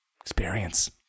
experience